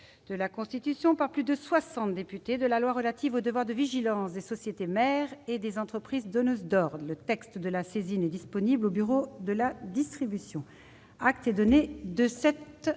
de la Constitution, par plus de soixante députés, de la loi relative au devoir de vigilance des sociétés mères et des entreprises donneuses d'ordre. Le texte de la saisine est disponible au bureau de la distribution. Acte est donné de cette